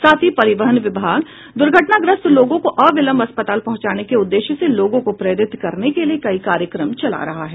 साथ ही परिवहन विभाग दुर्घटनाग्रस्त लोगों को अविलंब अस्पताल पहुंचाने के उद्देश्य से लोगों को प्रेरित करने के लिए कई कार्यक्रम चला रहा है